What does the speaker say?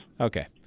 Okay